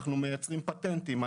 אנחנו מייצרים פטנטים,